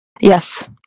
Yes